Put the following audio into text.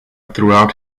throughout